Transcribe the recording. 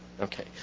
Okay